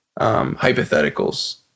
hypotheticals